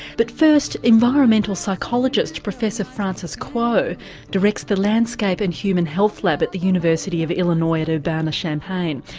but first, environmental psychologist professor frances kuo directs the landscape and human health lab at the university of illinois at urbana-champaign,